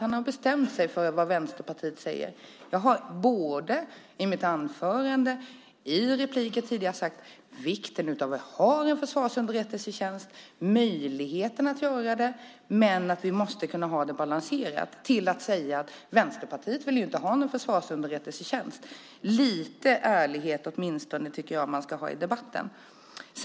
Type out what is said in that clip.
Han har bestämt sig för vad Vänsterpartiet säger. Jag har både i mitt anförande och i tidigare repliker talat om vikten av att vi har en försvarsunderrättelsetjänst och möjligheten att bedriva arbetet men att vi ska ha det balanserat. Därifrån går man till att säga att Vänsterpartiet inte vill ha någon försvarsunderrättelsetjänst. Jag tycker att man åtminstone ska ha lite ärlighet i debatten.